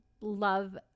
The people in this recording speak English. love